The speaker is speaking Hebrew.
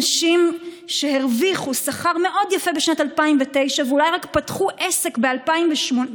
אנשים שהרוויחו שכר מאוד יפה בשנת 2019 ואולי רק פתחו עסק בשנת 2018,